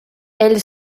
elle